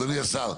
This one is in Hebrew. אדוני השר.